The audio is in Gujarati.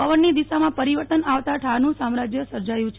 પવનની દિશામાં પરિવર્તન આવતા ઠારનું સામ્રાજ્ય સર્જાયું છે